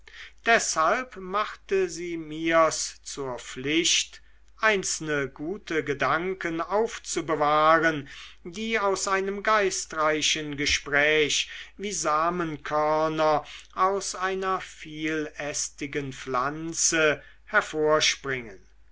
deshalb machte sie mir's zur pflicht einzelne gute gedanken aufzubewahren die aus einem geistreichen gespräch wie samenkörner aus einer vielästigen pflanze hervorspringen